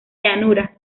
llanura